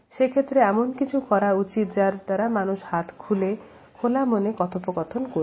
সে ক্ষেত্রে এমন কিছু করা উচিত যারা মানুষটি তার হাত খুলে খোলা মনে কথোপকথন করবে